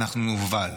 אנחנו נובל,